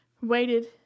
waited